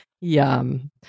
Yum